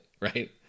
right